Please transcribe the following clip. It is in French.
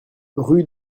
rue